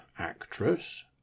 actress